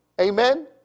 Amen